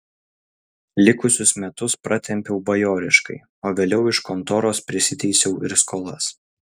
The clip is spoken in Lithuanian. likusius metus pratempiau bajoriškai o vėliau iš kontoros prisiteisiau ir skolas